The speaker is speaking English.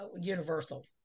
universal